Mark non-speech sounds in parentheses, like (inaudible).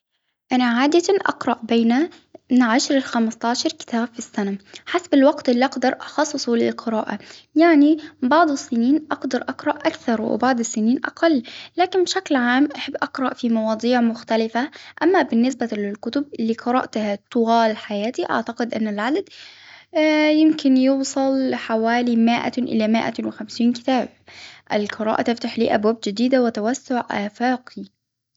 أنا عادة أقرأ بين من عشر ألي خمسة عشر كتاب في السنة، حسب الوقت اللي أقدر أخصصه للقراءة، يعني بعض السنين أقدر أقرأ أكثر وبعض السنين أقل، لكن بشكل عام أحب أقرأ في مواضيع مختلفة، أما بالنسبة للكتب اللي قرأتها طوال لحياتي. أعتقد أن (hesitation) يمكن يوصل لحوالي مائة إلى مائة وخمسين كتاب، القراءة تفتح لي أبواب جديدة وتوسع آفاقي.